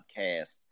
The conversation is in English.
podcast